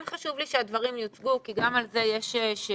כן חשוב לי שהדברים יוצגו, כי גם על זה יש שאלות.